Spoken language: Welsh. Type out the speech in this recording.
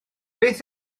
beth